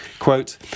Quote